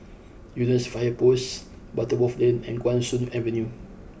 Eunos Fire Post Butterworth Lane and Guan Soon Avenue